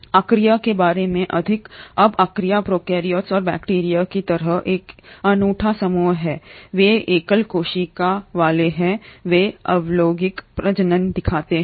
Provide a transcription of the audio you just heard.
archaea के बारे में अधिकअब आर्किया प्रोकैरियोट्स और बैक्टीरिया की तरह का एक अनूठा समूह है वे एकल कोशिका वाले हैं वे अलैंगिक प्रजनन दिखाते हैं